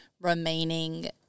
remaining